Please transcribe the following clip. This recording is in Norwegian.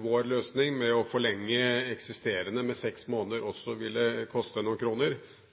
vår løsning med å forlenge eksisterende nedbetalingstid med seks måneder, også ville koste noen kroner,